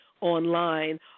online